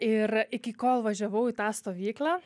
ir iki kol važiavau į tą stovyklą